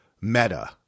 meta